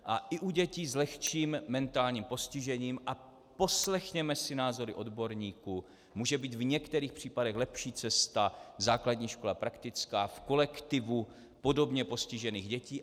I u dětí s lehčím mentálním postižením, a poslechněme si názory odborníků, může být v některých případech lepší cesta základní škola praktická v kolektivu podobně postižených dětí.